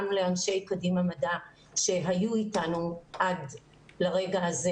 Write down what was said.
גם לאנשי קדימה מדע שהיו אתנו עד לרגע הזה